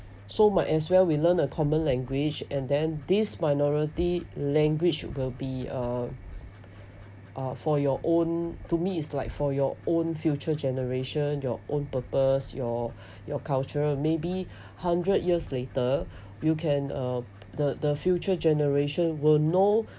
so might as well we learn a common language and then this minority language will be uh for your own to me is like for your own future generation your own purpose your your cultural maybe hundred years later you can uh the the future generation will know